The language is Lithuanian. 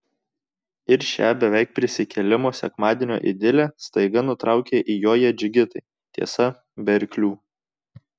ir šią beveik prisikėlimo sekmadienio idilę staiga nutraukia įjoję džigitai tiesa be arklių